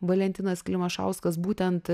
valentinas klimašauskas būtent